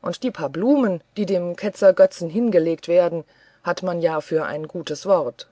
und die paar blumen die dem ketzergötzen hingelegt werden hat man ja für ein gutes wort